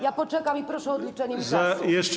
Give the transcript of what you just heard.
Ja poczekam i proszę o odliczenie mi czasu.